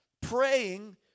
praying